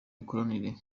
mikoranire